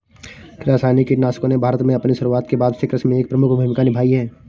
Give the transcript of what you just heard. रासायनिक कीटनाशकों ने भारत में अपनी शुरूआत के बाद से कृषि में एक प्रमुख भूमिका निभाई है